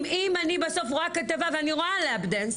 אם אני בסוף רואה כתבה ואני רואה "לאפ דאנס",